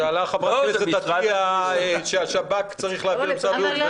שאלה חברת הכנסת עטיה אם השב"כ צריך להעביר למשרד הבריאות.